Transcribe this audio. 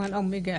זה לא משנה,